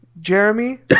jeremy